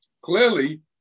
Clearly